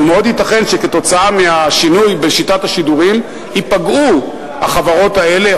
אבל מאוד ייתכן שכתוצאה מהשינוי בשיטת השידורים ייפגעו החברות האלה,